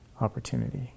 opportunity